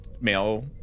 male